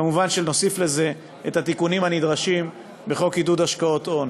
כמובן שנוסיף לזה את התיקונים הנדרשים בחוק עידוד השקעות הון.